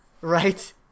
right